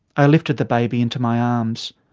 i lifted the baby into my arms,